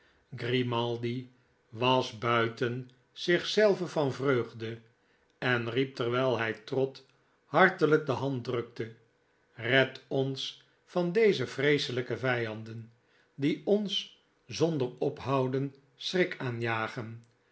grimaldi was buiten zich zelven van vreugde en riep terwijl hij trott hartelijk de handen drukte red ons van deze vreeselijke vijanden die ons zonder ophouden schrik aanjagen